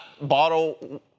bottle